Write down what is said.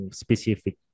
specific